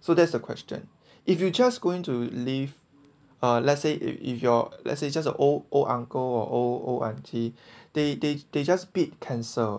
so that's the question if you just going to leave uh let's say if if your let's say just a old old uncle or old old aunty they they they just beat cancer